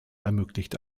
ermöglichte